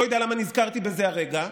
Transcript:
לא יודע למה נזכרתי בזה הרגע,